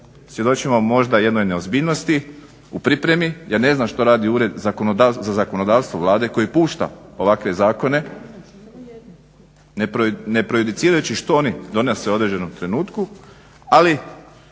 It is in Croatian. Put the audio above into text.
svjedočimo možda jednoj neozbiljnosti u pripremi. Ja ne znam što radi Ured za zakonodavstvo Vlade koji pušta ovakve zakone. Ne projiducirajući što oni donose u određenom trenutku, ali